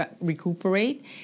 recuperate